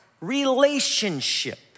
relationship